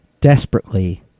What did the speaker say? desperately